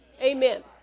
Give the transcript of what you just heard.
Amen